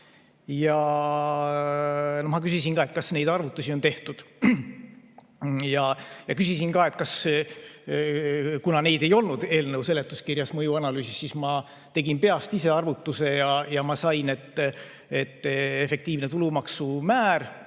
Küsisin, kas neid arvutusi on tehtud. Ja kuna neid ei olnud eelnõu seletuskirjas mõjuanalüüsis, siis ma tegin peast ise arvutuse ja sain, et efektiivne tulumaksu määr